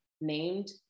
named